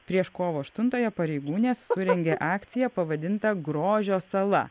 prieš kovo aštuntąją pareigūnės surengė akciją pavadintą grožio sala